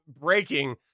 breaking